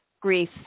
grief